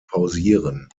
pausieren